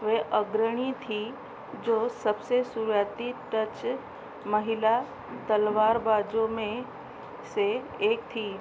वे अग्रणी थीं जो सबसे शुरुआती डच महिला तलवारबाज़ों में से एक थीं